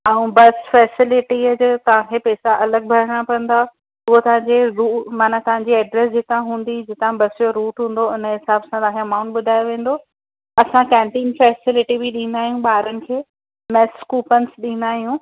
ऐं बस फैसिलिटीअ जा तव्हांखे पेसा अलॻि भरना पवंदा उहा असांजी माना तव्हां जी एड्रेस जेका हूंदी जितां बस जो रूट हूंदो हुनजे हिसाब सां तव्हांखे अमाउंट ॿुधाए वेंदो असां केंटीन फैसिलिटी बि ॾींदा आहियूं ॿारनि खे प्लस कूपन ॾींदा आहियूं